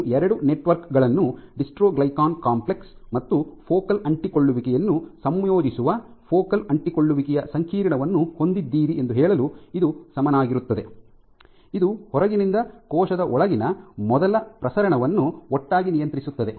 ನೀವು ಎರಡು ನೆಟ್ವರ್ಕ್ ಗಳನ್ನು ಡಿಸ್ಟ್ರೊಗ್ಲಿಕನ್ ಕಾಂಪ್ಲೆಕ್ಸ್ ಮತ್ತು ಫೋಕಲ್ ಅಂಟಿಕೊಳ್ಳುವಿಕೆಯನ್ನು ಸಂಯೋಜಿಸುವ ಫೋಕಲ್ ಅಂಟಿಕೊಳ್ಳುವಿಕೆಯ ಸಂಕೀರ್ಣವನ್ನು ಹೊಂದಿದ್ದೀರಿ ಎಂದು ಹೇಳಲು ಇದು ಸಮನಾಗಿರುತ್ತದೆ ಇದು ಹೊರಗಿನಿಂದ ಕೋಶದ ಒಳಗಿನ ಮೊದಲ ಪ್ರಸರಣವನ್ನು ಒಟ್ಟಾಗಿ ನಿಯಂತ್ರಿಸುತ್ತದೆ